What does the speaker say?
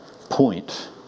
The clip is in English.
point